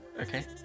Okay